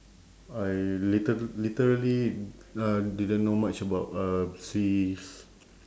I lite~ literally uh didn't know much about uh seas